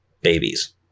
babies